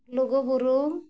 ᱞᱩᱜᱩᱼᱵᱩᱨᱩ